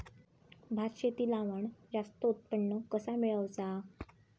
भात शेती लावण जास्त उत्पन्न कसा मेळवचा?